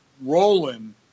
rolling